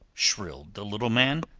shrilled the little man.